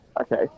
Okay